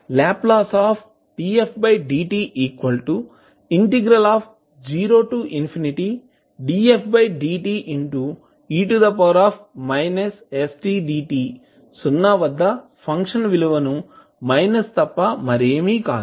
Ldfdt0dfdte stdt సున్నా వద్ద function విలువను మైనస్ తప్ప మరేమీ కాదు